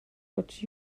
what